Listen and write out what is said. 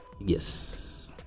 Yes